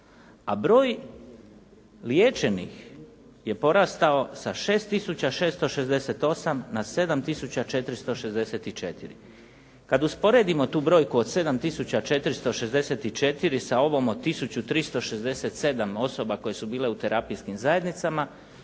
a broj liječenih je porastao sa 6668 na 7464. Kad usporedimo tu brojku od 7464 sa ovom od 1367 osoba koje su bile u terapijskim zajednicama,